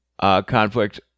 conflict